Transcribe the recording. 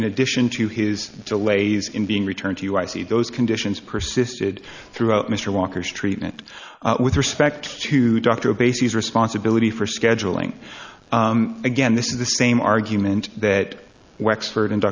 in addition to his delays in being returned to you i see those conditions persisted throughout mr walker's treatment with respect to dr bases responsibility for scheduling again this is the same argument that